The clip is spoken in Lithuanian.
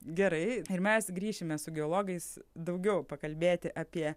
gerai ir mes grįšime su geologais daugiau pakalbėti apie